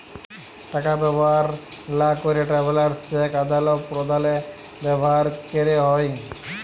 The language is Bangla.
টাকা ব্যবহার লা ক্যেরে ট্রাভেলার্স চেক আদাল প্রদালে ব্যবহার ক্যেরে হ্যয়